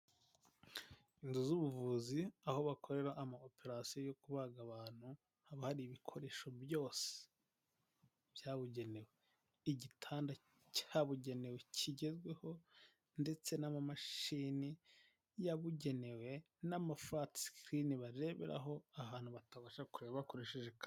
Inzu z'ubuvuzi aho bakorera ama operasiyo yo kubaga abantu haba hari ibikoresho byose byabugenewe, igitanda cyabugenewe kigezweho, ndetse n'amamashini yabugenewe n'amafati sikirini bareberaho ahantu batabasha kureba bakoresheje ka...